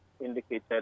indicated